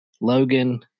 Logan